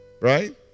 Right